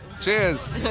Cheers